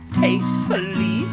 tastefully